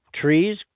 trees